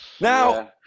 Now